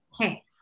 okay